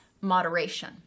moderation